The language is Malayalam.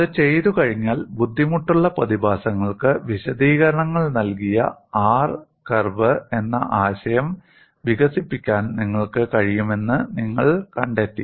അത് ചെയ്തുകഴിഞ്ഞാൽ ബുദ്ധിമുട്ടുള്ള പ്രതിഭാസങ്ങൾക്ക് വിശദീകരണങ്ങൾ നൽകിയ R കർവ് എന്ന ആശയം വികസിപ്പിക്കാൻ നിങ്ങൾക്ക് കഴിയുമെന്ന് നിങ്ങൾ കണ്ടെത്തി